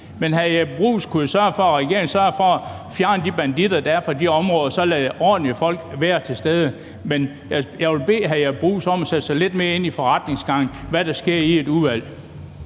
for, at regeringen sørgede for at fjerne de banditter, der er fra de områder, og så lade ordentlige folk være til stede. Men jeg vil bede hr. Jeppe Bruus sætte sig lidt mere ind i forretningsgangen, altså hvad der sker i et udvalg.